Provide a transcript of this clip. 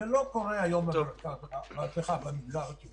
במגזר הציבורי